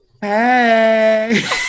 Hey